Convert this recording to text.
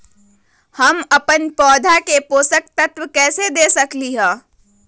हम अपन पौधा के पोषक तत्व कैसे दे सकली ह?